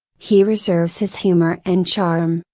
he reserves his humor and charm,